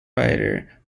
writer